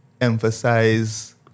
emphasize